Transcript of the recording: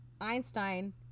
Einstein